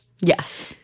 Yes